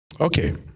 Okay